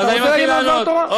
אתה רוצה להגיד לנו דבר תורה?